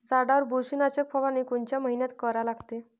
झाडावर बुरशीनाशक फवारनी कोनच्या मइन्यात करा लागते?